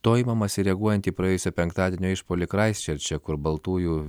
to imamasi reaguojant į praėjusio penktadienio išpuolį kraistčerče kur baltųjų